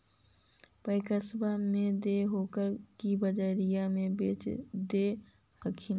पैक्सबा मे दे हको की बजरिये मे बेच दे हखिन?